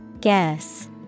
Guess